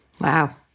Wow